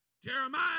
Jeremiah